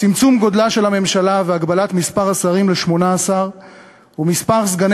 צמצום גודלה של הממשלה והגבלת מספר השרים ל-18 ומספר סגני